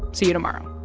see you tomorrow